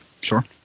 sure